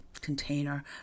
container